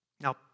Now